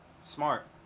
Smart